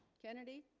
kennedy